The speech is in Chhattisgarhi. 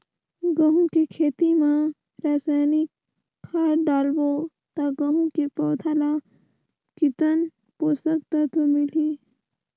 गंहू के खेती मां रसायनिक खाद डालबो ता गंहू के पौधा ला कितन पोषक तत्व मिलही?